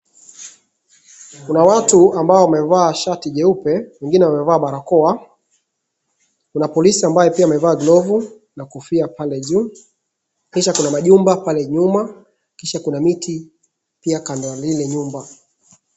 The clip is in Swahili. Kuna watu ambao wamevaa shati jeupe mwingine amevaa barakoa, kuna polisi ambaye pia amevaa glavu na kofia pile juu. Kisha kuna majumba pale nyuma kisha kuna miti kando ya lile nyumba.